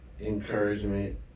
encouragement